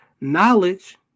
knowledge